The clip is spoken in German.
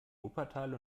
wuppertal